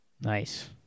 Nice